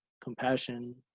compassion